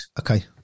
Okay